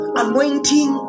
anointing